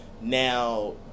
now